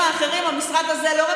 כן, לא.